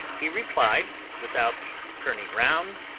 he replied, without turning round,